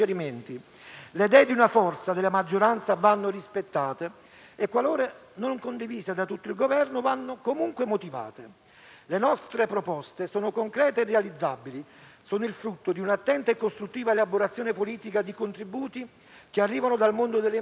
Le idee di una forza della maggioranza vanno rispettate e, qualora non condivise da tutto il Governo, vanno comunque motivate. Le nostre proposte sono concrete e realizzabili, frutto di un'attenta e costruttiva elaborazione politica dei contributi che arrivano dal mondo delle imprese,